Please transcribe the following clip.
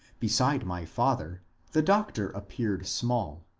beside my father the doctor appeared small,